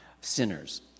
sinners